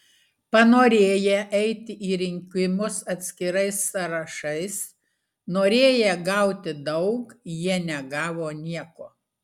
panorėję eiti į rinkimus atskirais sąrašais norėję gauti daug jie negavo nieko